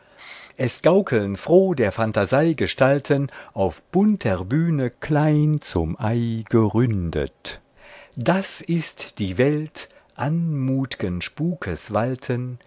es gaukeln froh der phantasei gestalten auf bunter bühne klein zum ei gerundet das ist die welt anmut'gen spukes walten